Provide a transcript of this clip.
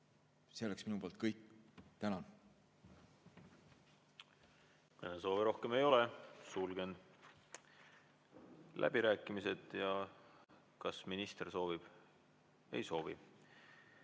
See oleks minu poolt kõik. Tänan! Kõnesoove rohkem ei ole, sulgen läbirääkimised. Kas minister soovib sõna? Ei soovi.